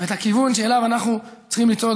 ואת הכיוון שאליו אנחנו צריכים לצעוד.